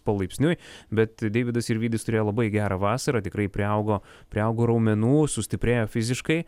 palaipsniui bet deividas sirvydis turėjo labai gerą vasarą tikrai priaugo priaugo raumenų sustiprėjo fiziškai